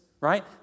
right